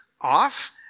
off